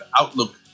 outlook